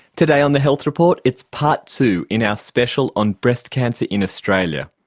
today on the health report it's part two in our special on breast cancer in australia,